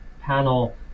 panel